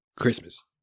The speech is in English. Christmas